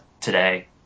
Today